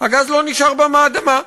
הגז לא נשאר באדמה,